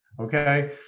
okay